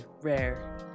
rare